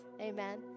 amen